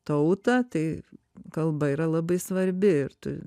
tautą tai kalba yra labai svarbi ir tu